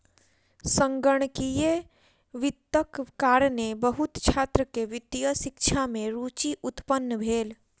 संगणकीय वित्तक कारणेँ बहुत छात्र के वित्तीय शिक्षा में रूचि उत्पन्न भेल